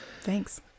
Thanks